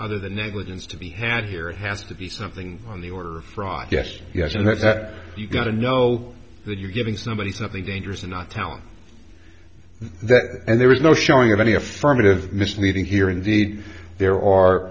other than negligence to be had here has to be something on the order from yes yes and that's that you got to know that you're giving somebody something dangerous in the town and there is no showing of any affirmative misleading here indeed there are